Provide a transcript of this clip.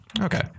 Okay